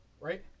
right